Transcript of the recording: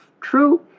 true